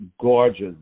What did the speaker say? gorgeous